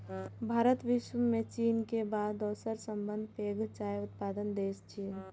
भारत विश्व मे चीन के बाद दोसर सबसं पैघ चाय उत्पादक देश छियै